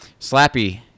Slappy